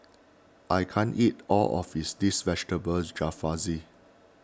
I can't eat all of his this Vegetable Jalfrezi